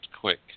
quick